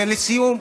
לסיום,